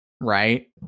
Right